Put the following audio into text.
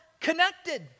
connected